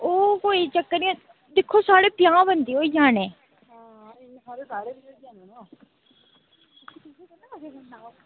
ओह् कोई चक्कर निं ऐ साढ़े पंजाह् बंदे होई जाने